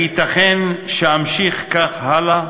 הייתכן שאמשיך כך הלאה?